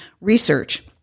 research